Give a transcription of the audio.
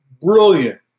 brilliant